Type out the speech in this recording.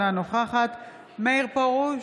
אינה נוכחת מאיר פרוש,